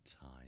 time